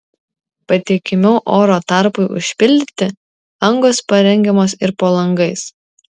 patikimiau oro tarpui užpildyti angos parengiamos ir po langais